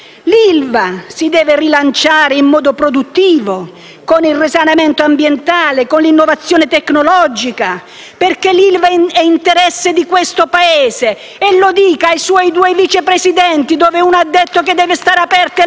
Si deve rilanciare l'ILVA in modo produttivo con il risanamento ambientale, con l'innovazione tecnologica, perché l'ILVA è interesse di questo Paese. E lo dica ai suoi due vicepresidenti, visto che uno ha detto che deve stare aperta e